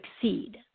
succeed